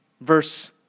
verse